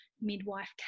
midwife